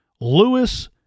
Lewis